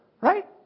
Right